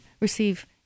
receive